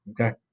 Okay